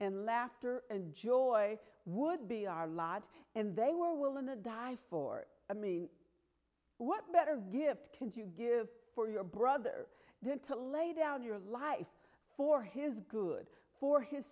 and laughter and joy would be our lot and they were willing to die for it i mean what better gift can you give for your brother then to lay down your life for his good for his